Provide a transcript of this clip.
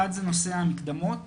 אחד, הוא נושא המקדמות,